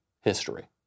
history